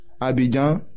Abidjan